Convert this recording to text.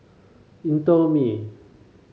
indomie